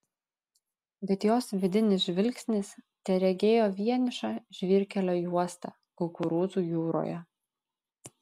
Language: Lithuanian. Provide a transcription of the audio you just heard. bet jos vidinis žvilgsnis teregėjo vienišą žvyrkelio juostą kukurūzų jūroje